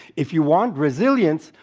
if you want resilience,